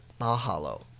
Mahalo